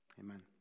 Amen